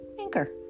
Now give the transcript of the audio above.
Anchor